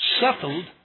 settled